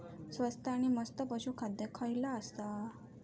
स्वस्त आणि मस्त पशू खाद्य खयला आसा?